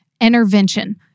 intervention